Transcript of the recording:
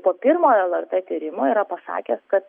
po pirmojo lrt tyrimo yra pasakęs kad